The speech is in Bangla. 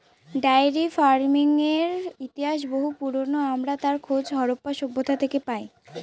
ডায়েরি ফার্মিংয়ের ইতিহাস বহু পুরোনো, আমরা তার খোঁজ হরপ্পা সভ্যতা থেকে পাই